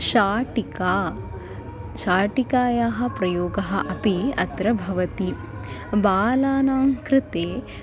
शाटिका शाटिकायाः प्रयोगः अपि अत्र भवति बालानां कृते